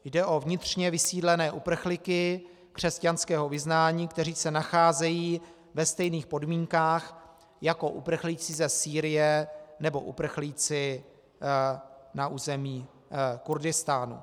Jde o vnitřně vysídlené uprchlíky křesťanského vyznání, kteří se nacházejí ve stejných podmínkách jako uprchlíci ze Sýrie nebo uprchlíci na území Kurdistánu.